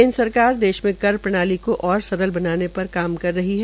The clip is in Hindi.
केन्द्र सरकार देश में कर प्रणाली को ओर सरल बनाने पर काम कर रही है